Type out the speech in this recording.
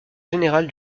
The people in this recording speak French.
général